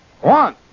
One